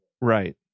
right